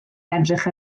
edrych